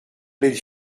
belle